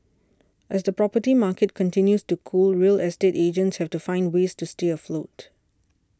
as the property market continues to cool real estate agents have to find ways to stay afloat